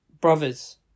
brothers